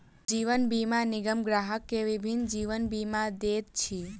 जीवन बीमा निगम ग्राहक के विभिन्न जीवन बीमा दैत अछि